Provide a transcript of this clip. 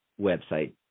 website